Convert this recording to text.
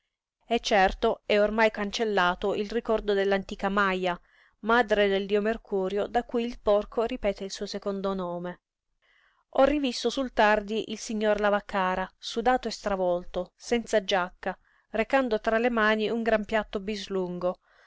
e certo è ormai cancellato il ricordo dell'antica maja madre del dio mercurio da cui il porco ripete il suo secondo nome ho rivisto sul tardi il signor lavaccara sudato e stravolto senza giacca recando tra le mani un gran piatto bislungo